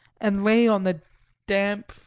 and lay on the damp,